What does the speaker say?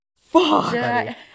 Fuck